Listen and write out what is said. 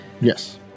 Yes